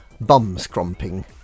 bum-scrumping